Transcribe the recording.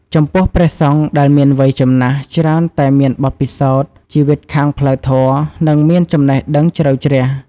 ចំពោះ ព្រះសង្ឃែលមានវ័យចំណាស់ច្រើនតែមានបទពិសោធន៍ជីវិតខាងផ្លូវធម៌ និងមានចំណេះធម៌ជ្រៅជ្រះ។